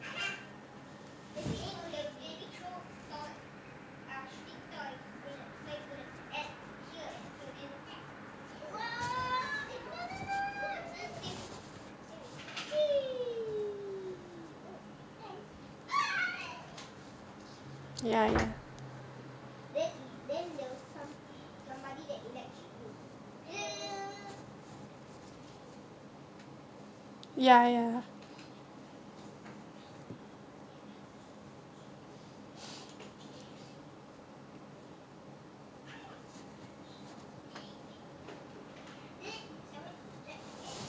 ya ya ya ya